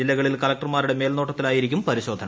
ജില്ലകളിൽ കളക്ടർമാരുടെ മേൽനോട്ടത്തിലായിരിക്കും പരിശോധന